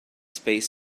space